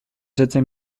řece